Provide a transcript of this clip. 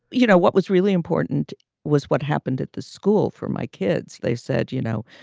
you know, what was really important was what happened at the school for my kids. they said, you know,